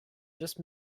just